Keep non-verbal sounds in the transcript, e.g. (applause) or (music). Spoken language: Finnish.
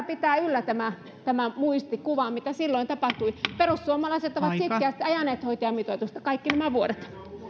(unintelligible) pitää yllä tämä tämä muistikuva mitä silloin tapahtui perussuomalaiset ovat sitkeästi ajaneet hoitajamitoitusta kaikki nämä vuodet